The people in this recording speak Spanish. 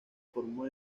formó